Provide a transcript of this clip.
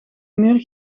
muur